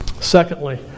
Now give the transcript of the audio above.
Secondly